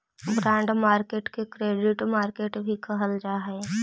bond market के credit market भी कहल जा हइ